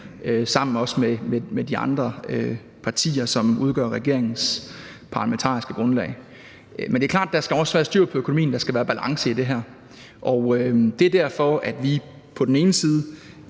samarbejdet med de andre partier, som udgør regeringens parlamentariske grundlag. Men det er klart, at der også skal være styr på økonomien. Der skal være balance i det her. Det er derfor, at vi på den ene side